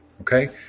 okay